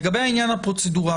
לגבי העניין הפרוצדורלי,